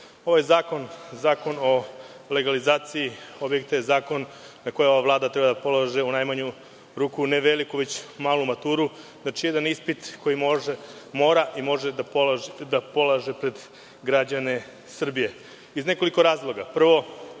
zakon, zakon o legalizaciji objekata, je zakon na koji ova vlada treba da polaže, u najmanju ruku, ne veliku, već malu maturu, jedan ispit koji mora i može da polaže pred građane Srbije iz nekoliko razloga.